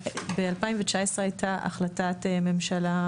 ב-2019 הייתה החלטת ממשלה